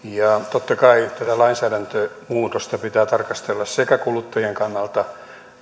totta kai tätä lainsäädäntömuutosta pitää tarkastella sekä kuluttajien kannalta